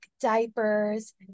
diapers